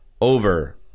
over